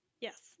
yes